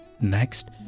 Next